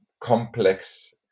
complex